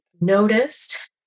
noticed